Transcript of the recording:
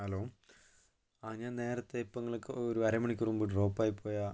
hello ആ ഞാൻ നേരത്തെ ഇപ്പം ഇങ്ങൾക്ക് ഒരു അരമണിക്കൂർ മുൻപ് ഡ്രോപ്പായി പോയ